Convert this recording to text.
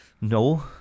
no